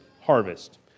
harvest